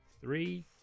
Three